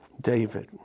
David